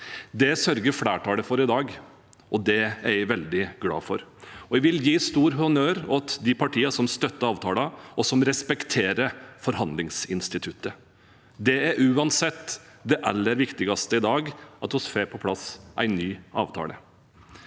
Det sørger flertallet for i dag, og det er jeg veldig glad for. Jeg vil gi stor honnør til de partiene som støtter avtalen, og som respekterer forhandlingsinstituttet. Det er uansett det aller viktigste i dag – at vi får på plass en ny avtale.